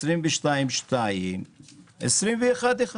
2 מיליון, ב-2022 2 מיליון, ב-2021